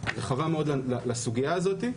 רחבה מאוד לסוגיה הזאת,